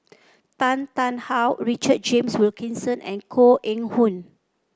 Tan Tarn How Richard James Wilkinson and Koh Eng Hoon